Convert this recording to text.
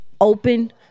open